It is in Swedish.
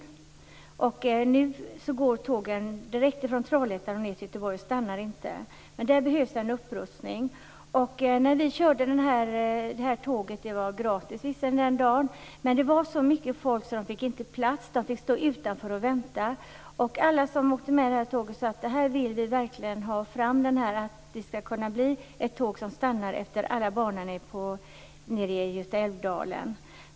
Nu går tågen från Trollhättan direkt till Göteborg och stannar inte någonstans. Men det behövs en upprustning. När vi körde detta tåg - det var visserligen gratis den dagen - var det så mycket folk att alla inte fick plats. Alla som åkte med detta tåg sade att de ville ha ett tåg som stannar vid alla stationer längs Götaälvdalen.